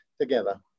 together